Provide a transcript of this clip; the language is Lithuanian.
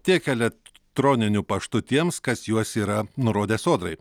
tiek elektroniniu paštu tiems kas juos yra nurodę sodrai